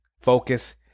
focus